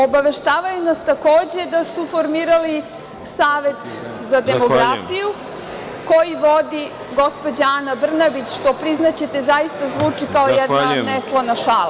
Obaveštavaju nas takođe da su formirali Savet za demografiju, koji vodi gospođa Ana Brnabić, što, priznaćete, zaista zvuči kao jedna neslana šala.